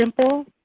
simple